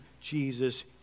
Jesus